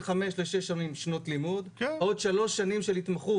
חמש לשש שנים שנות לימוד ועוד שלוש שנים של התמחות.